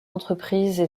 entreprises